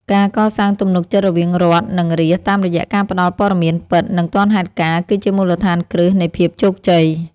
ការកសាងទំនុកចិត្តរវាងរដ្ឋ និងរាស្ត្រតាមរយៈការផ្តល់ព័ត៌មានពិត និងទាន់ហេតុការណ៍គឺជាមូលដ្ឋានគ្រឹះនៃភាពជោគជ័យ។